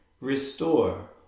Restore